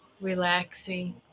Relaxing